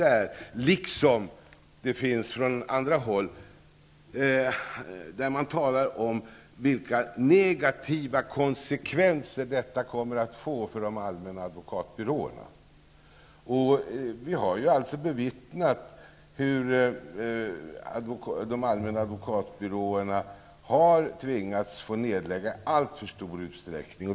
Även från andra håll talar man om vilka negativa konsekvenser detta kommer att få för de allmänna advokatbyråerna. Vi har bevittnat hur man i allför stor utsträckning har tvingats lägga ner de allmänna advokatbyråerna.